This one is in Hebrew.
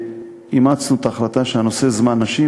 אימצנו את ההחלטה שהנושא "זמן נשים"